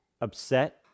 upset